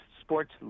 sports